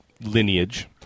Lineage